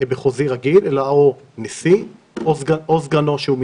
מחוזי רגיל, אלא נשיא או הסגן שלו.